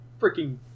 freaking